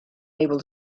able